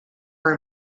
for